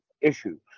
issues